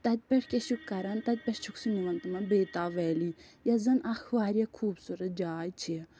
تَتہِ پٮ۪ٹھ کیٛاہ چھُکھ کران تَتہِ پٮ۪ٹھ چھُکھ سُہ نِوان بیتاب ویلی یۄس زَن اَکھ خوٗبصوٗرَت جاے چھےٚ